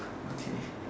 okay